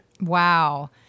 Wow